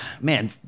man